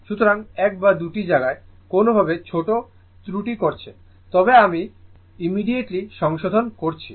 সুতরাং 1 বা 2 টি জায়গা কোনওভাবে ছোট ত্রুটি করছে তবে আমি অবিলম্বে সেগুলি সংশোধন করেছি